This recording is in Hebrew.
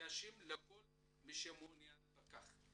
ונגישים לכל מי שמעוניין בכך.